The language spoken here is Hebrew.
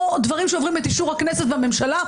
או דברים שעוברים את אישור הכנסת והממשלה,